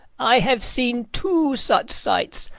i have seen two such sights,